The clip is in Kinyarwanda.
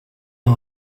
aba